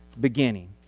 beginning